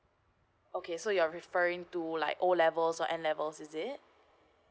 okay so you're referring to like O levels or N levels is it